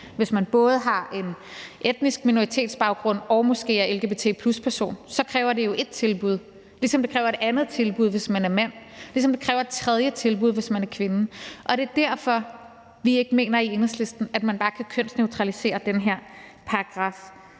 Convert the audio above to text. Hvis man både har en etnisk minoritetsbaggrund og måske er lgbt+-person, kræver det jo ét tilbud, ligesom det kræver et andet tilbud, hvis man er mand, ligesom det kræver et tredje tilbud, hvis man er kvinde. Og det er derfor, vi ikke mener i Enhedslisten, at man bare kan kønsneutralisere den her paragraf.